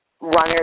runners